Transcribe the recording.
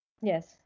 Yes